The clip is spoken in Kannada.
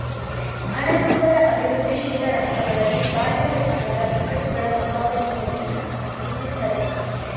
ಹಣದುಬ್ಬರ ಅಭಿವೃದ್ಧಿಶೀಲ ರಾಷ್ಟ್ರಗಳಲ್ಲಿ ಬಾಹ್ಯ ಸಾಲದ ಬಿಕ್ಕಟ್ಟುಗಳ ಸಂಭವನೀಯತೆಯನ್ನ ಹೆಚ್ಚಿಸ್ತದೆ